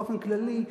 באופן כללי,